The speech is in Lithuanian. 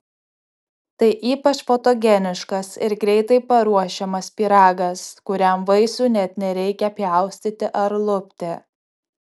tai ypač fotogeniškas ir greitai paruošiamas pyragas kuriam vaisių net nereikia pjaustyti ar lupti